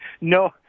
No